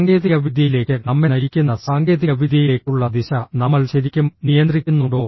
സാങ്കേതികവിദ്യയിലേക്ക് നമ്മെ നയിക്കുന്ന സാങ്കേതികവിദ്യയിലേക്കുള്ള ദിശ നമ്മൾ ശരിക്കും നിയന്ത്രിക്കുന്നുണ്ടോ